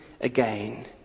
again